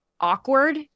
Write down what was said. awkward